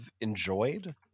enjoyed